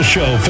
Show